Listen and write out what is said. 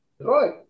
Right